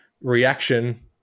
reaction